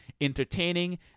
entertaining